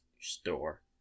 store